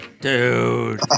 Dude